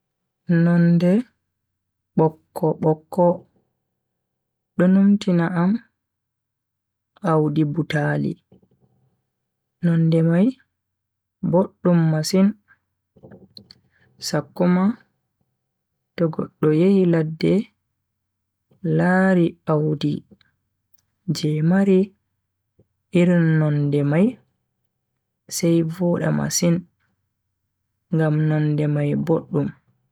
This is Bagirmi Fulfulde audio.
Nonde bokko-bokko do numtina am audi butaali. nonde mai boddum masin sakko ma to goddo yehi ladde lari Audi je mari irin nonde mai sai voda masin ngam nonde mai boddum.